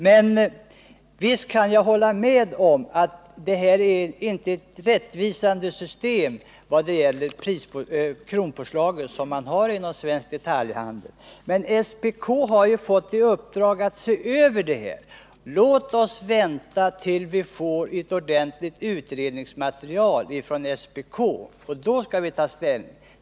Men visst kan jag hålla med om att det inte är ett rättvisande system vad gäller kronpåslaget inom svensk detaljhandel. Men SPK har fått i uppdrag att se över detta. Låt oss vänta tills vi får ett ordentligt utredningsmaterial från SPK, då skall vi ta ställning.